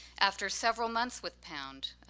after several months with pound,